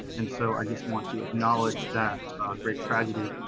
and so i just want to acknowledge that, a great tragedy,